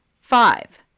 Five